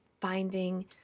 finding